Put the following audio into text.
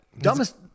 Dumbest